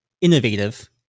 innovative